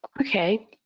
Okay